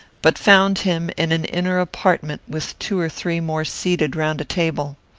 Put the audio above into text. but found him in an inner apartment with two or three more seated round a table.